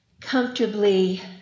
comfortably